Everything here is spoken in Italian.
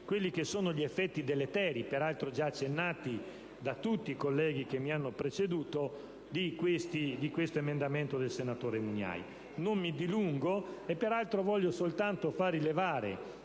esaminati gli effetti deleteri, peraltro già accennati da tutti i colleghi che mi hanno preceduto, della proposta del senatore Mugnai. Non mi dilungo, ma voglio soltanto far rilevare